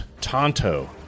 Tonto